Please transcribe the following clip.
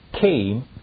came